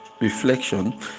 reflection